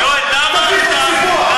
תביא חוק סיפוח.